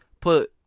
put